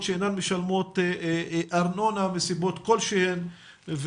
שאינן משלמות ארנונה מסיבות כל שהן,